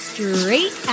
Straight